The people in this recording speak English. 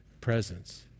presence